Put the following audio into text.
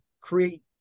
create